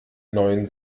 neuen